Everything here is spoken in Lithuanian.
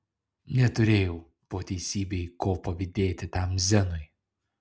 neturėjau po teisybei ko pavydėti tam zenui